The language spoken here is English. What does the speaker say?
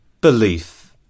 belief